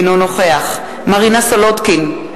אינו נוכח מרינה סולודקין,